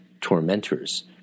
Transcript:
tormentors